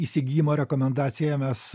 įsigijimo rekomendaciją mes